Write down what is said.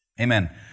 Amen